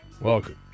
Welcome